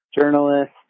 journalist